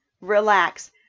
relax